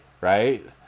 right